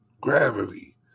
gravity